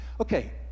Okay